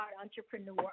entrepreneur